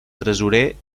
tresorer